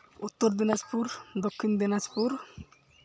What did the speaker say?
ᱩᱛᱛᱚᱨ ᱫᱤᱱᱟᱡᱽᱯᱩᱨ ᱫᱚᱠᱠᱷᱤᱱ ᱫᱤᱱᱟᱡᱽᱯᱩᱨ